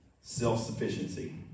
Self-sufficiency